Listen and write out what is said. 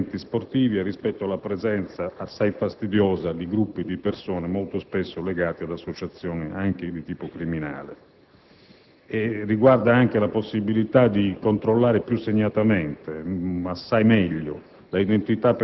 agli avvenimenti sportivi e alla presenza assai fastidiosa di gruppi di persone molto spesso legate ad associazioni anche di tipo criminale. Riguarda anche la possibilità di controllare più segnatamente l'identità